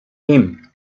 him